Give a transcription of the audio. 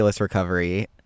recovery